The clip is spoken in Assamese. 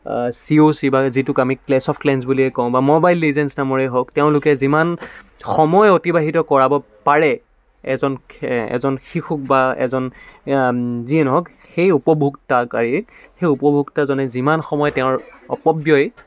চি অ' চি বা যিটোক আমি ক্লেছ অফ ক্লেঞ্চ বুলিয়ে কওঁ বা মোবাইল লিজেঞ্চ নামৰেই হওক তেওঁলোকে যিমান সময় অতিবাহিত কৰাব পাৰে এজন এজন শিশুক বা এজন যিয়ে নহওক সেই উপভোক্তাকাৰী সেই উপভোক্তাজনে যিমান সময় তেওঁৰ অপব্যয়